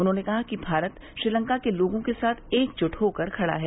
उन्होंने कहा कि भारत श्रीलंका के लोगों के साथ एकजुट होकर खड़ा है